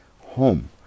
home